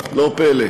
אדוני